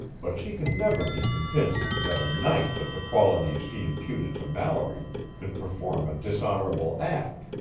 but she could never be convinced that a knight of the qualities she imputed to mallory could perform a dishonorable act.